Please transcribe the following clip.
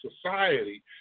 society